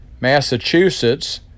Massachusetts